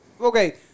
Okay